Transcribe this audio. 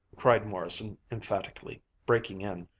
cried morrison emphatically breaking in.